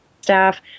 staff